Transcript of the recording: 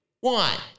one